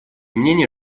мнения